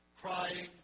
crying